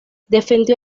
defendió